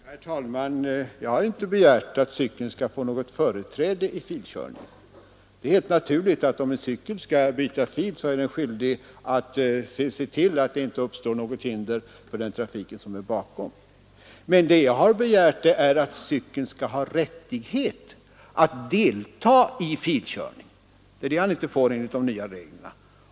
Herr talman! Jag har inte begärt att cykeln skall få företräde vid filkörning. Det är helt naturligt att cyklisten, om han ämnar byta fil, är skyldig att se till att detta går att genomföra utan hinder för bakomvarande trafik. Vad jag har begärt är att cyklisten skall ha rättighet att delta i filkörningen. Det får han inte enligt de nya reglerna.